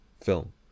film